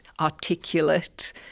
articulate